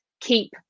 keep